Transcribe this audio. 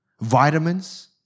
Vitamins